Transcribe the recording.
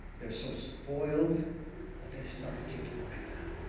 they're so spoiled that they start kicking, right now.